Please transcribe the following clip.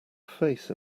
face